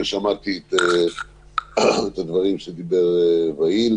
ושמעתי את הדברים שדיבר ואהיל,